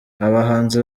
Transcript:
abahanzi